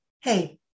hey